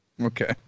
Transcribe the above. Okay